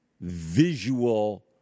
visual